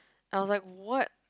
I was like what